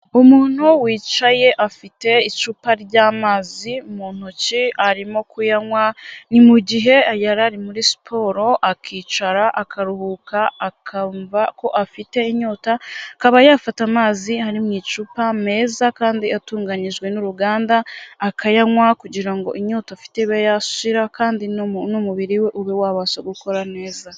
Umuntu wicaye, afite icupa ry'amazi mu ntoki arimo kuyanywa, ni mu gihe yari ari muri siporo akicara, akaruhuka, akumva ko afite inyota, akaba yafata amazi ari mu icupa, meza kandi atunganyijwe n'uruganda, akayanywa kugira ngo inyota afite ibe yashira kandi n'umubiri we ube wabasha gukora neza.